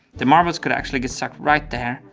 the marbles could actually get stuck right there,